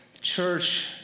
church